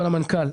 המנכ"ל,